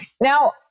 Now